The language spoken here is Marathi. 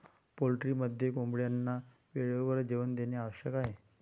पोल्ट्रीमध्ये कोंबड्यांना वेळेवर जेवण देणे आवश्यक आहे